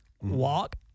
walk